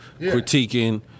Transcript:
critiquing